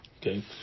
Okay